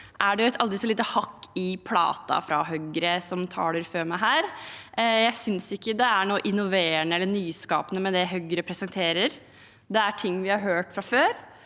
far. Det er et aldri så lite hakk i platen fra Høyre, som taler før meg her. Jeg synes ikke det er noe innoverende eller nyskapende med det Høyre presenterer. Det er ting vi har hørt før.